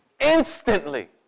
Instantly